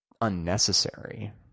unnecessary